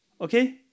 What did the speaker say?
Okay